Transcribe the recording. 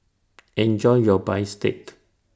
Enjoy your Bistake